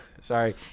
sorry